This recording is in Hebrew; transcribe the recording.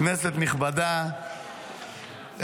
כנסת נכבדה,